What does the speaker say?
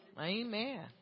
amen